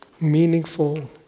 meaningful